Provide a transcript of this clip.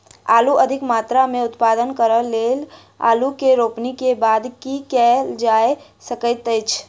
आलु अधिक मात्रा मे उत्पादन करऽ केँ लेल आलु केँ रोपनी केँ बाद की केँ कैल जाय सकैत अछि?